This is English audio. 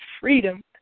freedom